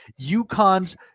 UConn's